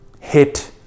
hit